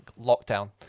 lockdown